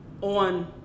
on